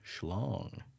schlong